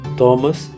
Thomas